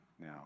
now